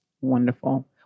Wonderful